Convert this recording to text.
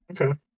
okay